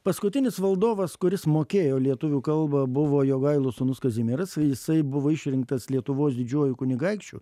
paskutinis valdovas kuris mokėjo lietuvių kalbą buvo jogailos sūnus kazimieras jisai buvo išrinktas lietuvos didžiuoju kunigaikščiu